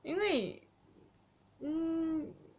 因为 mm